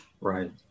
Right